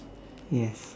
yes